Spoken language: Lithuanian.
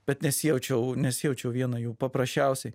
bet nesijaučiau nesijaučiau viena jų paprasčiausiai